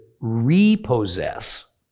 repossess